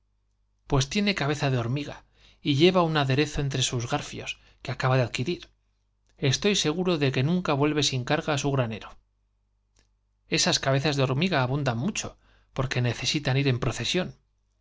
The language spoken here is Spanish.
pues tiene cabeza de hormiga y lleva un aderezo entre sus garfios que acaba de adquirir estoy seguro de que nunca vuelve sin carga á su granero esas cabezas de abundan mucho porque necesitan hormiga á la señora lleva ir en procesión